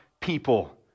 people